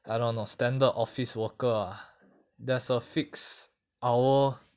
I don't know standard office worker ah there's a fixed hour